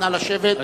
נא לשבת.